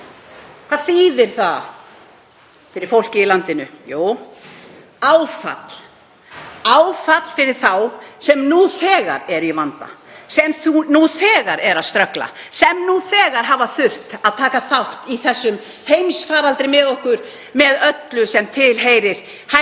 Hvað þýðir það fyrir fólkið í landinu? Jú, áfall fyrir þá sem nú þegar eru í vanda, sem nú þegar eru að ströggla, sem nú þegar hafa þurft að taka þátt í þessum heimsfaraldri með okkur, með öllu því sem tilheyrir,